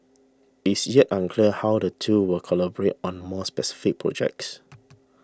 it's yet unclear how the two will collaborate on more specific projects